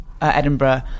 Edinburgh